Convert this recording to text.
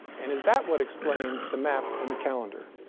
and is that what explains the map and the calendar?